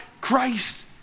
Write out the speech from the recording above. Christ